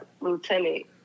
lieutenant